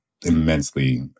immensely